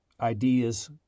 ideas